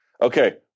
Okay